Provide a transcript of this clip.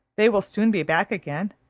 they will soon be back again,